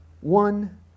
one